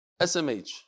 SMH